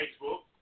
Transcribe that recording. Facebook